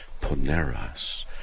Poneras